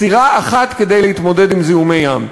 סירה אחת כדי להתמודד עם זיהומי ים.